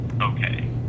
okay